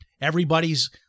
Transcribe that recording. Everybody's